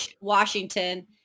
Washington